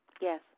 Yes